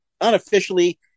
unofficially